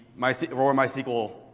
MySQL